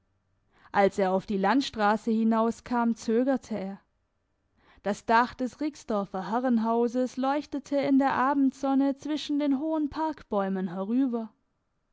als er auf die landstrasse hinaus kam zögerte er das dach des rixdorfer herrenhauses leuchtete in der abendsonne zwischen den hohen parkbäumen herüber